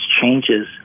changes